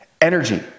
energy